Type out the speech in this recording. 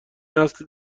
نسلی